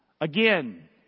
Again